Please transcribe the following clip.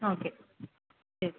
okay ശരി